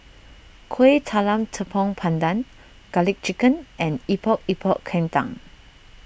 Kueh Talam Tepong Pandan Garlic Chicken and Epok Epok Kentang